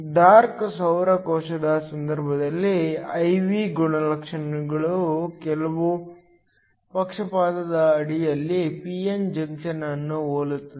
dark ಸೌರ ಕೋಶದ ಸಂದರ್ಭದಲ್ಲಿ I V ಗುಣಲಕ್ಷಣವು ಕೇವಲ ಪಕ್ಷಪಾತದ ಅಡಿಯಲ್ಲಿ p n ಜಂಕ್ಷನ್ ಅನ್ನು ಹೋಲುತ್ತದೆ